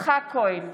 יצחק כהן,